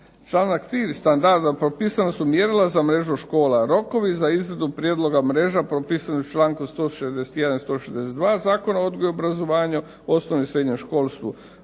se./… standarda propisana su mjerila za mrežu škola. Rokovi za izradu prijedloga mreža propisani su u članu 161., 162. Zakona o odgoju i obrazovanju u osnovnom i srednjem školstvu.